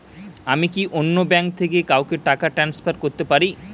আমি কি অন্য ব্যাঙ্ক থেকে কাউকে টাকা ট্রান্সফার করতে পারি?